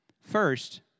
first